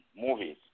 movies